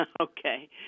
Okay